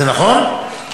זה נכון?